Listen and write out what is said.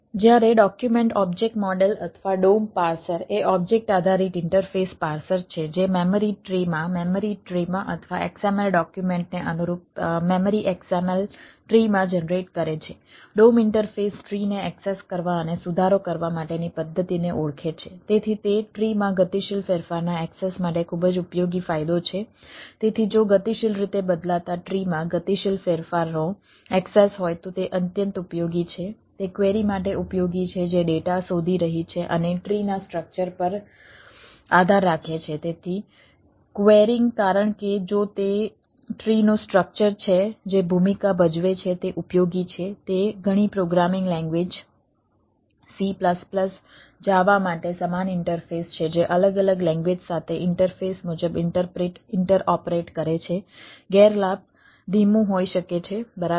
જ્યારે document object model અથવા DOM parser એ ઓબ્જેક્ટ ઇન્ટરઓપરેટ કરે છે ગેરલાભ ધીમું હોઈ શકે છે બરાબર